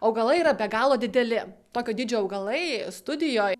augalai yra be galo dideli tokio dydžio augalai studijoj